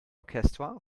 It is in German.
orchestra